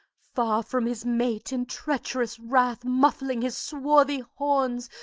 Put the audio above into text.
far from his mate! in treach'rous wrath, muffling his swarthy horns,